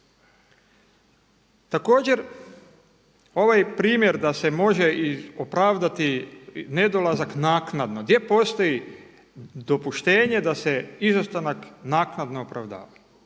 Također ovaj primjer da se može i opravdati nedolazak naknadno, gdje postoji dopuštenje da se izostanak naknadno opravdava.